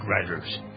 writers